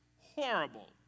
horrible